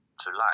July